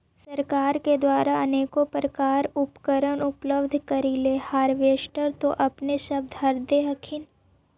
सरकार के द्वारा अनेको प्रकार उपकरण उपलब्ध करिले हारबेसटर तो अपने सब धरदे हखिन?